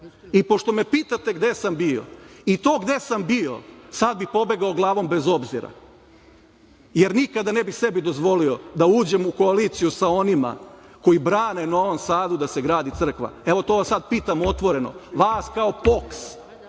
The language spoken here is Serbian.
toga. Pošto me pitate gde sam bio, i to gde sam bio, sad bih pobegao glavom bez obzira, jer nikada ne bih sebi dozvolio da uđem u koaliciju sa onima koji brane Novom Sadu da se brani crkva. Evo, to vas sada pitam otvoreno, vas kao POKS,